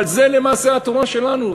אבל זה למעשה התורה שלנו,